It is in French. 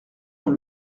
dont